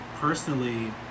personally